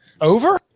Over